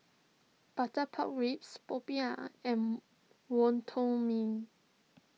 Butter Pork Ribs Popiah and Wonton Mee